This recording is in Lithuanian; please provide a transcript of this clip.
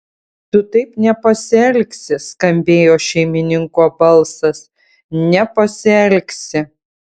tu taip nepasielgsi skambėjo šeimininko balsas nepasielgsi